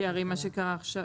הרי מה שקרה עכשיו